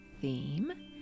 theme